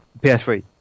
PS3